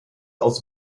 aus